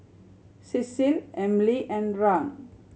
Cecile Emely and Rahn